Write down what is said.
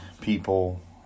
people